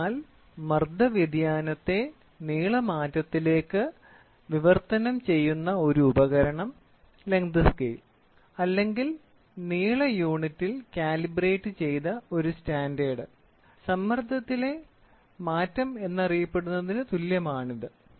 അതിനാൽ മർദ്ദ വ്യതിയാനത്തെ നീളം മാറ്റത്തിലേക്ക് വിവർത്തനം ചെയ്യുന്ന ഒരു ഉപകരണം ലെങ്ത് സ്കെയിൽ അല്ലെങ്കിൽ നീള യൂണിറ്റിൽ കാലിബ്രേറ്റ് ചെയ്ത ഒരു സ്റ്റാൻഡേർഡ് സമ്മർദ്ദത്തിലെ മാറ്റം എന്നറിയപ്പെടുന്നതിന് തുല്യമാണിത്